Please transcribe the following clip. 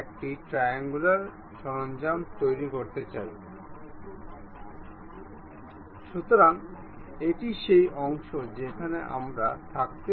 দুটি পর্যায় একে অপরের প্যারালেল এই ফেজ এবং এর শীর্ষ এক তারা সবসময় একে অপরের প্যারালেল থাকবে